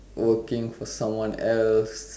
working for someone else